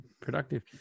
productive